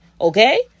Okay